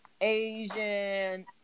Asian